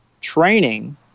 training